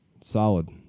solid